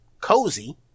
cozy